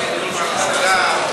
דיור בר-השגה,